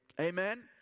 amen